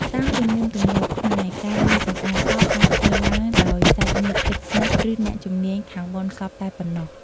តាមទំនៀមទម្លាប់ខ្មែរ ការលាងសម្អាតសពអាចធ្វើឡើងដោយសាច់ញាតិជិតស្និទ្ធ ឬអ្នកជំនាញខាងបុណ្យសពតែប៉ុណោះ។